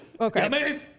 Okay